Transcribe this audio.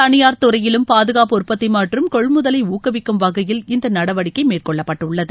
தளியார் துறையிலும் பாதுகாப்பு உற்பத்தி மற்றும் கொள்முதலை ஊக்குவிக்கும் வகையில் இந்த நடவடிக்கை மேற்கொள்ளப்பட்டுள்ளது